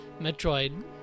Metroid